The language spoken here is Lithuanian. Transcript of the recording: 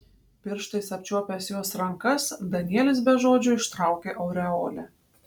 pirštais apčiuopęs jos rankas danielis be žodžių ištraukė aureolę